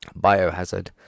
Biohazard